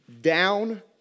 down